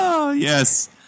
Yes